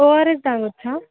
ORS త్రాగవచ్చా